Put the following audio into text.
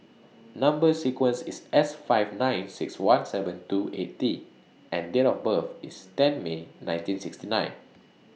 Number sequence IS S five nine six one seven two eight T and Date of birth IS ten May nineteen sixty nine